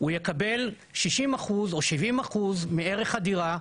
הוא יקבל 60% או 70% מערך הדירה,